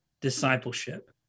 discipleship